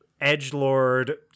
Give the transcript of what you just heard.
edgelord